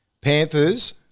Panthers